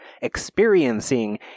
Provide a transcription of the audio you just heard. experiencing